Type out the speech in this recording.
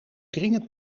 dringend